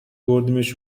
بردیمش